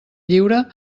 lliure